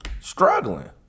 struggling